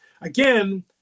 again